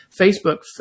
Facebook